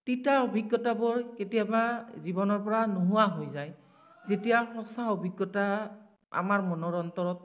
তিতা অভিজ্ঞতাবোৰ কেতিয়াবা জীৱনৰ পৰা নোহোৱা হৈ যায় যেতিয়া সঁচা অভিজ্ঞতা আমাৰ মনৰ অন্তৰত